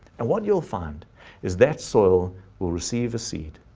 and what you'll find is that soil will receive a seed,